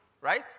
right